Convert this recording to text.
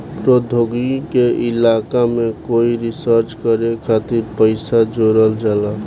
प्रौद्योगिकी के इलाका में कोई रिसर्च करे खातिर पइसा जोरल जाला